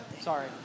Sorry